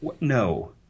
No